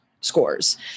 scores